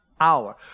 hour